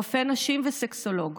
רופא נשים וסקסולוג,